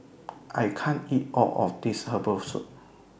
I can't eat All of This Herbal Soup